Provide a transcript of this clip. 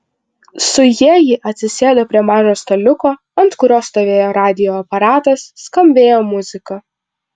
su ja ji atsisėdo prie mažo staliuko ant kurio stovėjo radijo aparatas skambėjo muzika